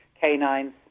canines